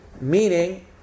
meaning